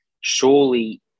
surely